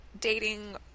dating